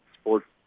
sports